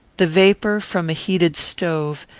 the vapour from a heated stove,